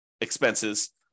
expenses